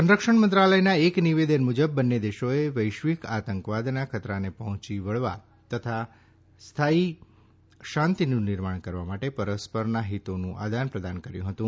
સંરક્ષણ મંત્રાલયના એક નિવેદન મુજબ બંને દેશોએ વૈશ્વિક આતંકવાદના ખતરાને પર્જોચી વળવા તથા સ્થાયી શાંતિનું નિર્માણ કરવા માટે પરસ્પરના હિતોનું આદાન પ્રદાન કર્યું હતું